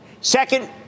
Second